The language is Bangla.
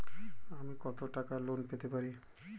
আমি কত টাকা লোন পেতে পারি?